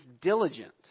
diligent